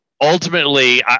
ultimately